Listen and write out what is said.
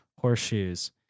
horseshoes